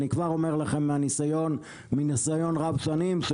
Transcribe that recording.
אני כבר אומר לכם מניסיון רב שנים,